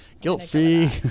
Guilt-free